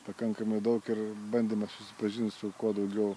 pakankamai daug ir bandymas susipažint su kuo daugiau